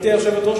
גברתי היושבת-ראש,